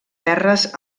terres